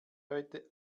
heute